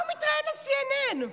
מה הוא מתראיין ל-CNN?